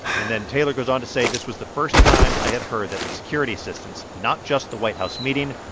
and then taylor goes on to say, this was the first time i had heard that the security assistance, not just the white house meeting,